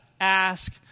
ask